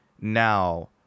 now